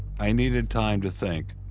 i needed time to think,